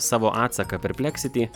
savo atsaką perpleksiti